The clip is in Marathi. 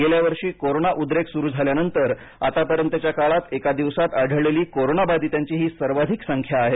गेल्या वर्षी कोरोना उद्रेक सुरु झाल्यानंतर आत्तापर्यंतच्या काळात एका दिवसात आढळलेली कोरोनाबाधीतांची ही सर्वाधिक संख्या आहे